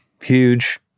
huge